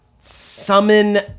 Summon